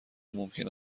ممکن